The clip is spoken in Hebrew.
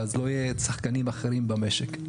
ואז לא יהיו שחקנים אחרים במשק.